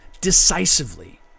decisively